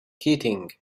keating